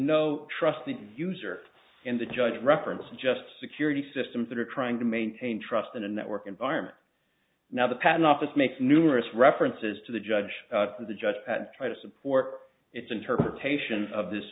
no trust the user and the judge reference just security systems that are trying to maintain trust in a network environment now the patent office makes numerous references to the judge and the judge had to try to support its interpretation of this